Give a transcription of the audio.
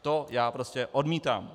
To já prostě odmítám.